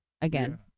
again